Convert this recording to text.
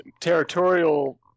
Territorial